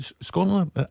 Scotland